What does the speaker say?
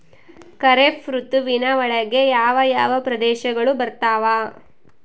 ಖಾರೇಫ್ ಋತುವಿನ ಒಳಗೆ ಯಾವ ಯಾವ ಪ್ರದೇಶಗಳು ಬರ್ತಾವ?